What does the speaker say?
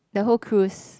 the whole cruise